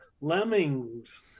lemmings